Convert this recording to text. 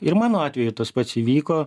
ir mano atveju tas pats įvyko